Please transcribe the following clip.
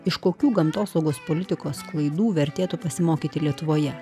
iš kokių gamtosaugos politikos klaidų vertėtų pasimokyti lietuvoje